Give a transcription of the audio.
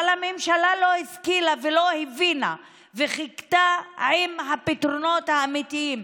אבל הממשלה לא השכילה ולא הבינה וחיכתה עם הפתרונות האמיתיים.